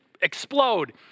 explode